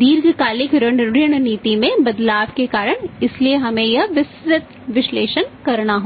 दीर्घकालिक ऋण नीति में बदलाव के कारण इसलिए हमें यह विस्तृत विश्लेषण करना होगा